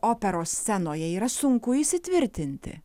operos scenoje yra sunku įsitvirtinti